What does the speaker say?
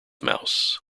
mouse